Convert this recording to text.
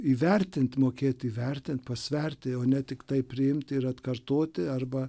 įvertint mokėti įvertint pasverti o ne tiktai priimti ir atkartoti arba